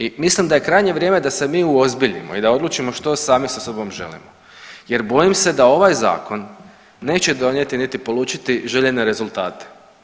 I mislim da je krajnje vrijeme da se mi uozbiljimo i da odlučimo što sami sa sobom želimo jer bojim se da ovaj zakon neće donijeti niti polučiti željene rezultate.